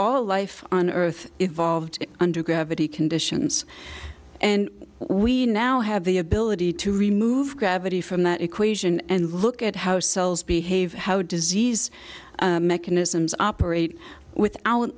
all life on earth evolved under gravity conditions and we now have the ability to remove gravity from that equation and look at how cells behave how disease mechanisms operate without